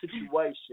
situation